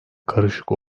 karışık